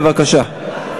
בבקשה.